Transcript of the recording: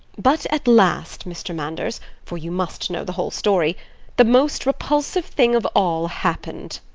but at last, mr. manders for you must know the whole story the most repulsive thing of all happened.